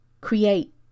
create